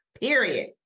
period